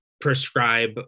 prescribe